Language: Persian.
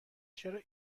چرا